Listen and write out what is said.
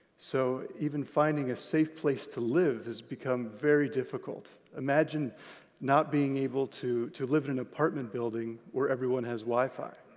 so even finding a safe place to live has become very difficult. imagine not being able to to live in an apartment building where everyone has wi-fi,